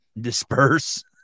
disperse